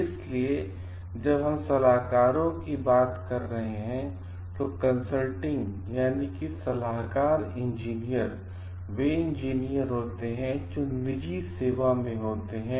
इसलिए जब हम सलाहकारों की बात कर रहे हैं तोकंसल्टिंग सलाहकार इंजीनियर वे इंजीनियर होते हैं जो निजी सेवा में होते हैं